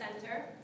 center